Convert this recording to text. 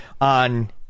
on